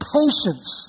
patience